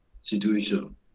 situation